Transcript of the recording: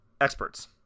experts